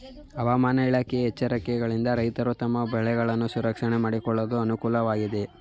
ಹವಾಮಾನ ಇಲಾಖೆಯ ಎಚ್ಚರಿಕೆಗಳಿಂದ ರೈತರು ತಮ್ಮ ಬೆಳೆಗಳನ್ನು ಸಂರಕ್ಷಣೆ ಮಾಡಿಕೊಳ್ಳಲು ಅನುಕೂಲ ವಾಗಿದೆಯೇ?